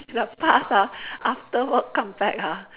in the past ah after work come back ha